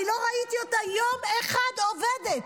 אני לא ראיתי אותה יום אחד עובדת.